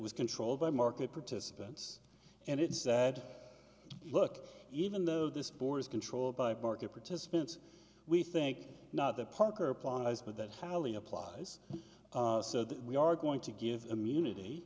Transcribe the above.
was controlled by market participants and it said look even though this board is controlled by market participants we think not that parker applies but that highly applies so that we are going to give immunity